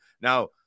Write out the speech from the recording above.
now